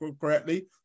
correctly